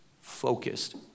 focused